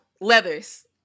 Leathers